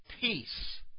peace